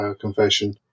confession